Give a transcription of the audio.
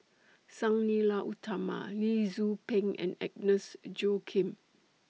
Sang Nila Utama Lee Tzu Pheng and Agnes Joaquim